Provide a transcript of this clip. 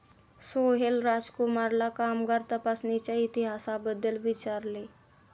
सोहेल राजकुमारला कामगार तपासणीच्या इतिहासाबद्दल विचारले